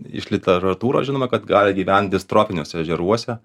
iš literatūros žinoma kad gali gyvent distrofiniuose ežeruose